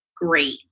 great